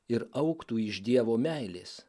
ir augtų iš dievo meilės